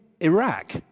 Iraq